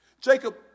Jacob